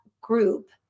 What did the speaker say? group